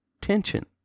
tension